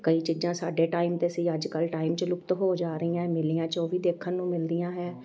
ਕਈ ਚੀਜ਼ਾਂ ਸਾਡੇ ਟਾਈਮ 'ਤੇ ਸੀ ਅੱਜ ਕੱਲ੍ਹ ਟਾਈਮ 'ਚ ਲੁਪਤ ਹੋ ਜਾ ਰਹੀਆਂ ਹੈ ਮੇਲਿਆਂ 'ਚ ਉਹ ਵੀ ਦੇਖਣ ਨੂੰ ਮਿਲਦੀਆਂ ਹੈ